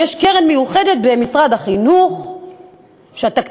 יש קרן מיוחדת במשרד החינוך שהתקציב